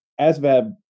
ASVAB